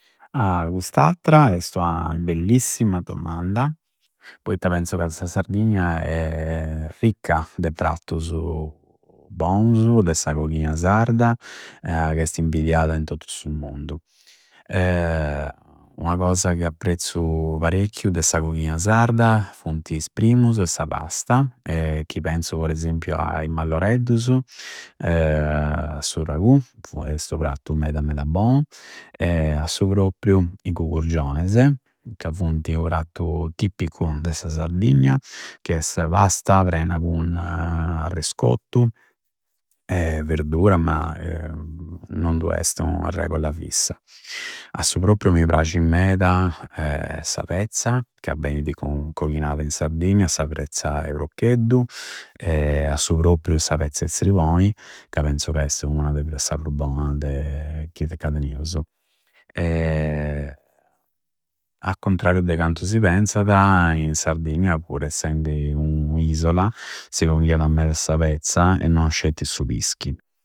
cust'attra esti ua bellissima domanda, poitta penzu ca sa Sardigna è ricca de preattusu bousu, de sa coghina sarda, ca esti invidiada in tottu su mundu. Ua cosa ca apprezzu parecchiu de sa coghina sarda fusntis is primusu e sa pasta e chi penzu per esempiu a i malloreddusu a su ragù esti u prattu meda meda bou. A su propriu i cugurgiones ca funti uprattu tipicu de sa Sardegna che è sa pasta prena cu arrescottu e verdura ma non du esti ua regola fissa. A su propriu mi prasci meda sa pezza ca beidi coghinada in Sardigna, sa pezza e proccheddu a su propriu sa pezza e zriboi, ca penzu ca esti ua de sa pruboa ca tenesusu. A contrariu de cantu si penzada, in Sardegna pur essendi u Isola si coghiada meda sa pezza e no scetti su pischi.